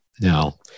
now